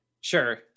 Sure